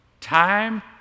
Time